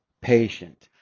patient